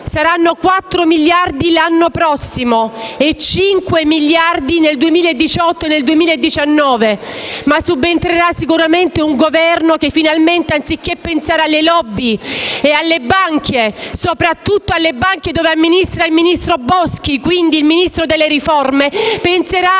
saranno 4 miliardi l'anno prossimo e 5 miliardi nel 2018 e nel 2019. Ma subentrerà sicuramente un Governo che, finalmente, anziché pensare alle *lobby* e alle banche (soprattutto alle banche, dove amministra il ministro delle riforme Boschi), penserà